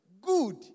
good